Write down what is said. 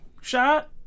shot